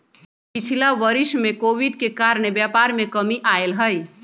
पिछिला वरिस में कोविड के कारणे व्यापार में कमी आयल हइ